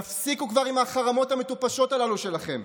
תפסיקו כבר עם החרמות המטופשים הללו שלכם.